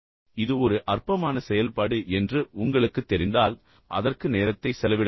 இது ஒரு அற்பமான செயல்பாடு என்று உங்களுக்குத் தெரிந்தால் அதற்கு நேரத்தை செலவிட வேண்டாம்